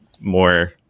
more